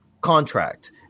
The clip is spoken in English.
contract